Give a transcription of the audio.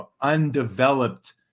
undeveloped